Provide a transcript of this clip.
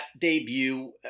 debut